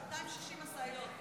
260 משאיות.